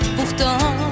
Pourtant